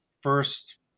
first